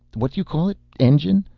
what do you call it, engine.